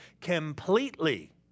completely